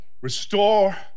Restore